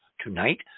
tonight